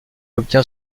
obtient